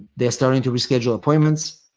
they're starting to reschedule appointments.